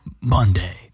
Monday